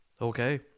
Okay